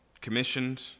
commissioned